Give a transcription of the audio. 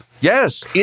Yes